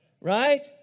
right